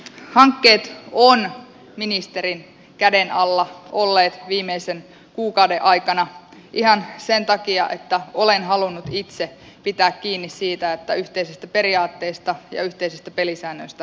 hankkeet ovat ministerin käden alla olleet viimeisen kuukauden aikana ihan sen takia että olen halunnut itse pitää kiinni siitä että yhteisistä periaatteista ja yhteisistä pelisäännöistä pidetään kiinni